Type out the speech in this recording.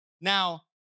Now